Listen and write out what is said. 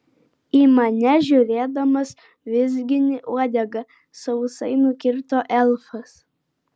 į mane žiūrėdamas vizgini uodegą sausai nukirto elfas